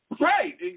Right